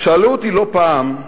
שאלו אותי לא פעם: